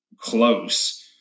close